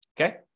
Okay